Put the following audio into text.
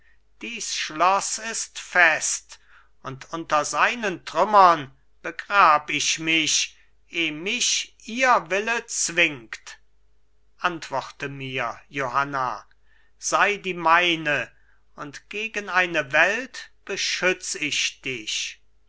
dies schloß ist fest und unter seinen trümmern begrab ich mich eh mich ihr wille zwingt antworte mir johanna sei die meine und gegen eine welt beschütz ich dich